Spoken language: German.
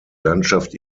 landschaft